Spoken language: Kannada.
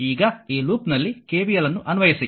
ಈಗ ಈ ಲೂಪ್ನಲ್ಲಿ KVL ಅನ್ನು ಅನ್ವಯಿಸಿ